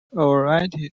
variety